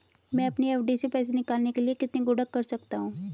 मैं अपनी एफ.डी से पैसे निकालने के लिए कितने गुणक कर सकता हूँ?